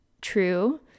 true